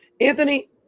Anthony